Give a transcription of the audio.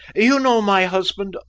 you know my husband,